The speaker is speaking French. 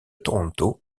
toronto